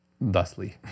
thusly